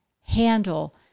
handle